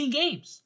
games